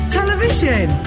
Television